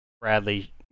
Bradley